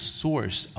source